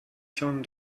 schon